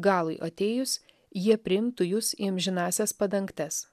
galui atėjus jie priimtų jus į amžinąsias padangtes